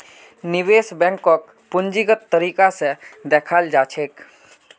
निवेश बैंकक पूंजीगत तरीका स दखाल जा छेक